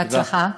בהצלחה.